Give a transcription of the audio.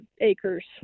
acres